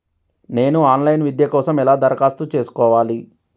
నేను online విద్య కోసం ఎలా దరఖాస్తు చేసుకోవాలి?